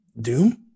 Doom